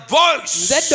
voice